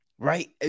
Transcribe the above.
right